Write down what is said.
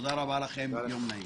תודה רבה לכם, יום נעים.